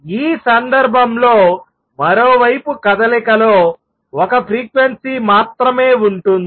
ఈ సందర్భంలో మరోవైపు కదలికలో ఒక ఫ్రీక్వెన్సీ మాత్రమే ఉంటుంది